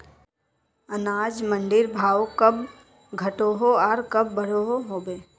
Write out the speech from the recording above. अनाज मंडीर भाव कब घटोहो आर कब बढ़ो होबे?